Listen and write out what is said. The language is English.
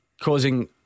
causing